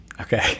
okay